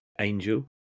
Angel